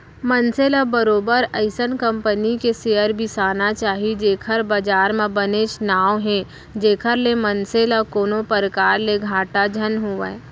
मनसे ल बरोबर अइसन कंपनी क सेयर बिसाना चाही जेखर बजार म बनेच नांव हे जेखर ले मनसे ल कोनो परकार ले घाटा झन होवय